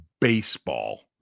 baseball